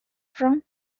from